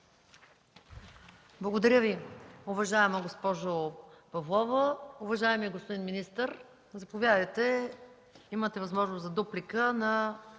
Благодаря Ви, уважаема госпожо Павлова. Уважаеми господин министър, заповядайте, имате възможност за дуплика на